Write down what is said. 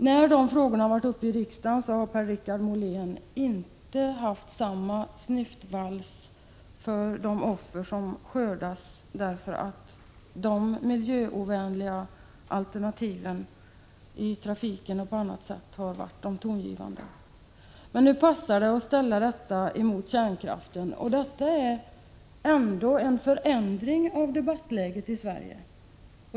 När de frågorna har varit uppe i riksdagen har Per-Richard Molén inte dragit samma snyftvals för de offer som skördats på grund av att de miljöovänliga alternativen i trafiken och på andra områden varit de tongivande. Men nu passar det att ställa detta emot kärnkraften. Det har ändå blivit en förändring av debattläget i Sverige.